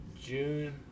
June